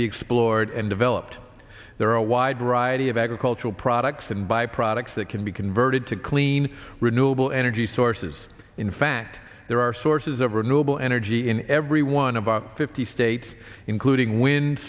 be explored and developed there are a wide variety of agricultural products and by products that can be converted to clean renewable energy sources in fact there are sources over noble energy in every one of our fifty states including wind